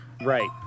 Right